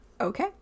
Okay